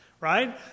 Right